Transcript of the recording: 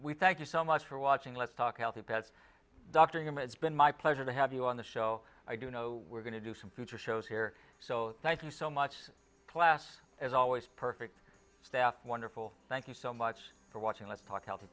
we thank you so much for watching let's talk healthy pets dr him it's been my pleasure to have you on the show i do know we're going to do some future shows here so thank you so much class as always perfect staff wonderful thank you so much for watching let's talk healthy